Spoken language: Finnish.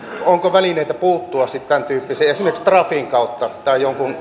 onko välineitä puuttua sitten tämäntyyppisiin esimerkiksi trafin kautta tai jonkun